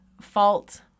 fault